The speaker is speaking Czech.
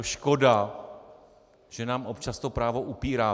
Škoda, že nám občas to právo upíráte.